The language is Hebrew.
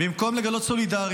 לצערי